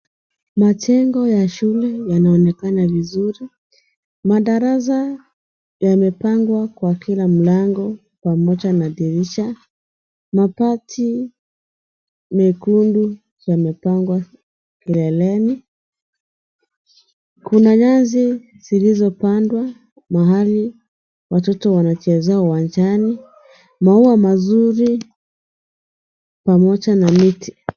Majengo ya shule yanaonekana vizuri . Madarasa yamepangwa kwa kila kando pamoja na dirisha . Mabati mekundu yamepangwa kileleni . Kuna nyasi zilizopandwa mahali watoto wanachezea uwanjani , maua mazuri pamoja na miti.